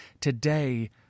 Today